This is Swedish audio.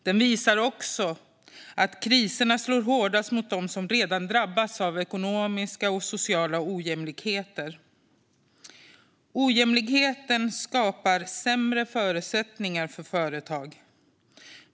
Den visar också att kriserna slår hårdast mot dem som redan drabbats av ekonomiska och sociala ojämlikheter. Ojämlikheten skapar sämre förutsättningar för företag.